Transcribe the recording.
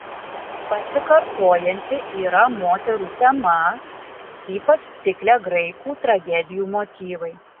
pasikartojanti yra moterų tema ypač cikle graikų tragedijų motyvai